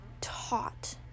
taught